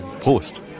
Prost